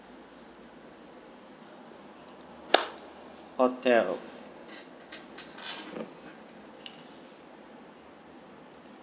hotel